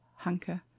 Hanke